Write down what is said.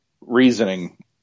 reasoning